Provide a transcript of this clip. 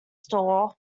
store